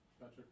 Gotcha